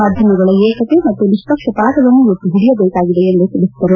ಮಾಧ್ಯಮಗಳ ಏಕತೆ ಮತ್ತು ನಿಷ್ಪಕ್ಷಪಾತವನ್ನು ಎತ್ತಿಹಿಡಿಯಬೇಕಾಗಿದೆ ಎಂದು ತಿಳಿಸಿದರು